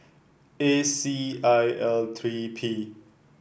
A C I L three P